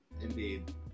Indeed